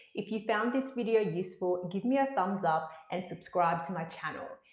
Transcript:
if you found this video useful give me a thumbs up and subscribe to my channel.